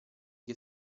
che